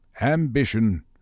ambition